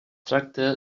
tracta